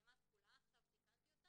שהמצלמה תקולה, תיקנתי אותה.